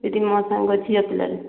ଦିଦି ମୋ ସାଙ୍ଗ ଝିଅପିଲାଟେ